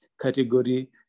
category